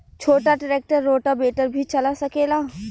छोटा tractor rotavator भी चला सकेला?